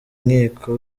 nkiko